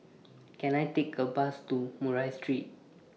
Can I Take A Bus to Murray Street